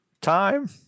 time